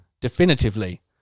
definitively